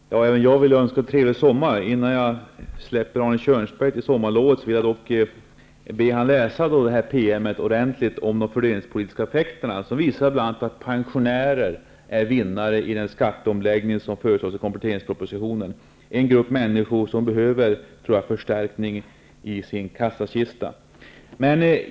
Fru talman! Även jag vill önska en trevlig sommar. Men innan jag släpper Arne Kjörnsberg ut på sommarlov, vill jag dock be honom ordentligt läsa detta PM om de fördelningspolitiska effekterna. Det visar bl.a. att pensionärer är vinnare i den skatteomläggning som föreslås i kompletteringspropositionen. Det är en grupp människor som behöver förstärkning i sin kassakista.